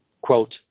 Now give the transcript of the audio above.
Quote